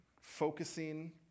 Focusing